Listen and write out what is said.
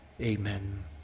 Amen